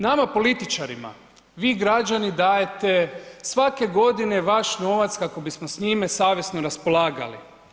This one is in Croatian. Nama političarima vi građani dajete svake godine vaš novac kako bismo s njime savjesno raspolagali.